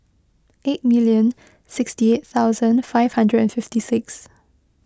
eight million sixty eight thousand five hundred and fifty six